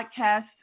podcast